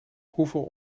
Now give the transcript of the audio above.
hoeveel